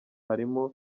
harimo